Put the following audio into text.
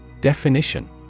Definition